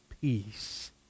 peace